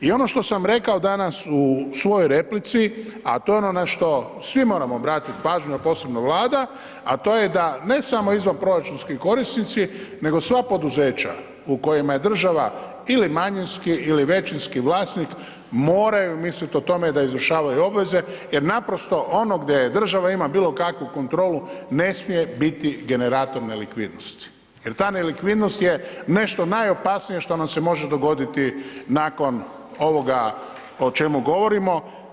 I ono što sam rekao danas u svojoj replici, a to je ono na što svi moramo obratiti pažnju a posebno Vlada, a to je da ne samo izvanproračunski korisnici, nego sva poduzeća u kojima je država ili manjinski ili većinski vlasnik, moraju misliti o tome da izvršavaju obveze jer naprosto ono gdje država ima bilo kakvu kontrolu ne smije biti generator nelikvidnosti jer ta nelikvidnost je nešto najopasnije što nam se može dogoditi nakon ovoga o čemu govorimo.